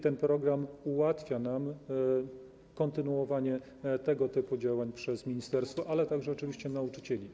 Ten program ułatwia nam kontynuowanie tego typu działań przez ministerstwo, ale także oczywiście nauczycieli.